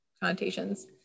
connotations